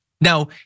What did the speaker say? Now